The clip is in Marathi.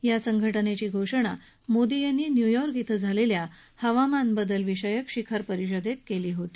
या संघटनेची घोषणा मोदी यांनी न्यूयॉर्क ्यें झालेल्या हवामानबदल विषयक शिखर परिषदेत केली होती